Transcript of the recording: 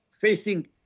facing